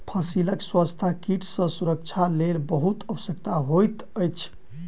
फसीलक स्वच्छता कीट सॅ सुरक्षाक लेल बहुत आवश्यक होइत अछि